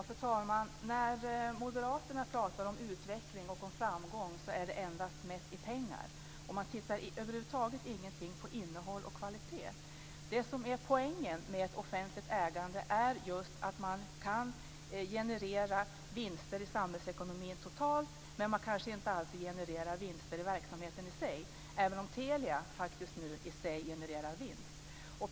Fru talman! När moderaterna talar om utveckling och framgång är det endast mätt i pengar. Man tittar över huvud taget ingenting på innehåll och kvalitet. Det som är poängen med ett offentligt ägande är just att det kan generera vinster i samhällsekonomin totalt, men kanske inte alltid i verksamheten i sig, även om Telia faktiskt nu genererar vinst.